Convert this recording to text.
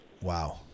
Wow